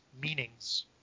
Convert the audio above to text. meanings